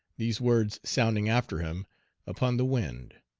these words sounding after him upon the wind